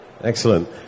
Excellent